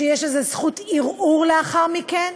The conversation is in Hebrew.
ויש זכות ערעור לאחר מכן,